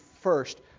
first